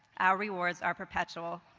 our rewards are perpetual.